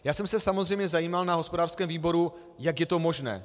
Já jsem se samozřejmě zajímal na hospodářském výboru, jak je to možné.